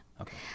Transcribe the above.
Okay